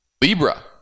Libra